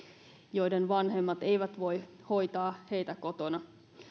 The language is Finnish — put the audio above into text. joiden vanhemmat eivät voi hoitaa heitä kotona